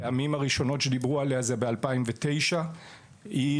הפעמים הראשונות שדיברו עליה היו בשנת 2009. צריך